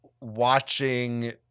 watching